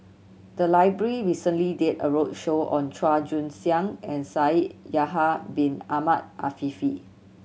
the library recently did a roadshow on Chua Joon Siang and Shaikh Yahya Bin Ahmed Afifi